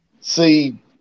see